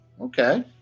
okay